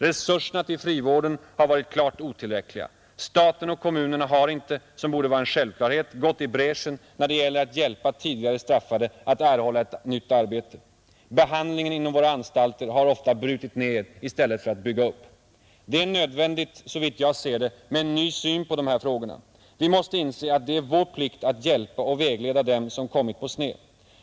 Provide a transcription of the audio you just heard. Resurserna till frivården har varit klart otillräckliga. Staten och kommunerna har inte — som borde vara en självklarhet — gått i bräschen när det gäller att hjälpa tidigare straffade att erhålla ett arbete. Behandlingen inom våra anstalter har ofta brutit ned i stället för att bygga upp. Det är som jag ser det nödvändigt med en ny syn på dessa frågor. Vi måste inse att det är vår plikt att hjälpa och vägleda dem som kommit på sned.